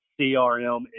CRM